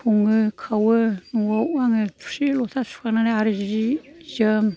सङो खाववो न'आव आङो थोरसि लथा सुखांनानै आरो जि जोम